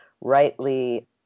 rightly